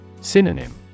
Synonym